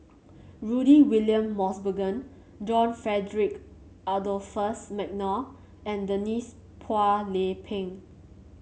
Rudy William Mosbergen John Frederick Adolphus McNair and Denise Phua Lay Peng